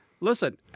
Listen